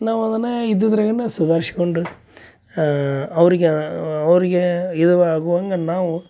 ನಾವು ಅದನ್ನು ಇದ್ದದ್ರಾಗೇನ ಸುಧಾರಿಸ್ಕೊಂಡು ಅವರಿಗೆ ಅವರಿಗೆ ಇದು ಆಗುವಂಗ ನಾವು